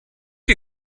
die